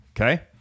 okay